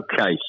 Okay